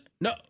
No